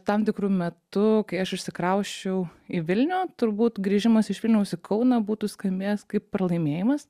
tam tikru metu kai aš išsikrausčiau į vilnių turbūt grįžimas iš vilniaus į kauną būtų skambėjęs kaip pralaimėjimas